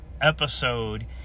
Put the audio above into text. Episode